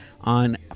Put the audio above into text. on